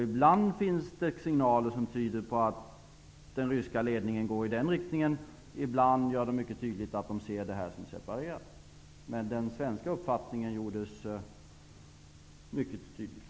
Ibland finns det signaler som tyder på att den ryska ledningen går i den riktningen. Ibland görs det mycket tydligt att den ser detta som två separata frågor. Men den svenska uppfattningen gjordes mycket tydlig.